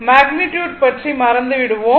magnitude பற்றி மறந்து விடுவோம்